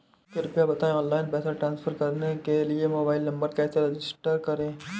कृपया बताएं ऑनलाइन पैसे ट्रांसफर करने के लिए मोबाइल नंबर कैसे रजिस्टर करें?